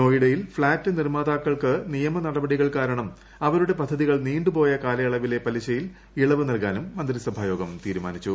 നോയിഡയിൽ ഫ്ളാറ്റ് നിർമ്മാതാക്കൾക്ക് നിയമ നടപടികൾ കാരണം അവരുടെ പദ്ധതികൾ നീണ്ടുപോയ കാലയളവിലെ പലിശയിൽ ഇളവ് നൽകാനും മന്ത്രിസഭായോഗം തീരുമാനിച്ചു